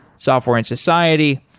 software in society.